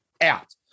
out